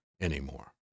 anymore